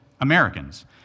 Americans